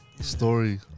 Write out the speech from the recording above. story